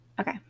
Okay